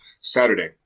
Saturday